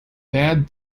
bad